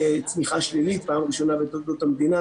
לצמיחה שלילית בפעם הראשונה בתולדות המדינה,